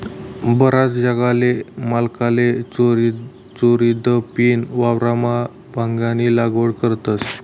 बराच जागल्या मालकले चोरीदपीन वावरमा भांगनी लागवड करतस